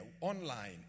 online